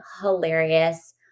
hilarious